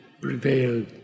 prevailed